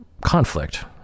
conflict